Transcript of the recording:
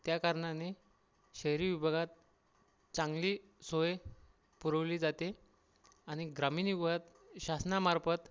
त्या कारणाने शहरी विभागात चांगली सोय पुरवली जाते आणि ग्रामीण विभागात शासनामार्फत